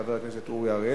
חברת הכנסת מירי רגב,